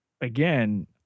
again